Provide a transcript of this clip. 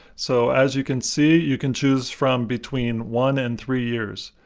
so as you can see, you can choose from between one and three years.